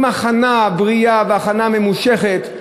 עם הכנה בריאה והכנה ממושכת.